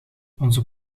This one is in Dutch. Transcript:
onze